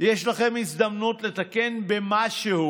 יש לכם הזדמנות לתקן במשהו